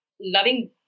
loving